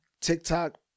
TikTok